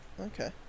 Okay